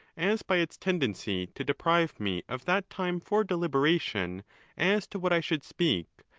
as by its ten dency to deprive me of that time for deliberation as to what i should speak,